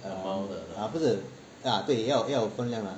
ah 不是 ah 对要有分量的